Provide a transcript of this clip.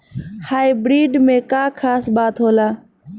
Hybrid में का खास बात होला?